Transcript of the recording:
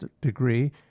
degree